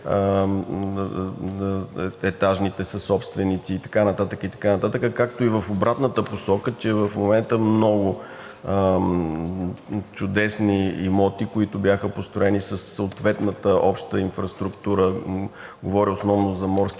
етажните съсобственици и т.н., както и в обратната посока, че в момента много чудесни имоти, които бяха построени със съответната обща инфраструктура, говоря основно за морските